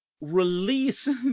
Release